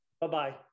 Bye-bye